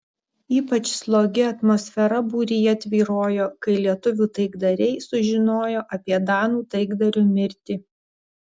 ypač slogi atmosfera būryje tvyrojo kai lietuvių taikdariai sužinojo apie danų taikdario mirtį